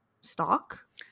stock